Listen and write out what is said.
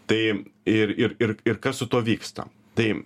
tai ir ir ir ir kas su tuo vyksta tai